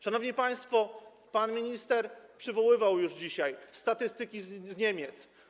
Szanowni państwo, pan minister przywoływał już dzisiaj statystyki z Niemiec.